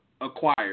acquired